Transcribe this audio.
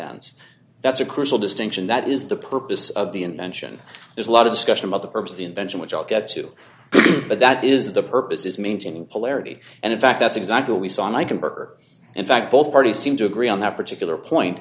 ends that's a crucial distinction that is the purpose of the invention there's a lot of discussion about the purpose of the invention which i'll get to but that is the purpose is maintaining polarity and in fact that's exactly what we saw and i concur in fact both parties seem to agree on that particular point